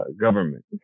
government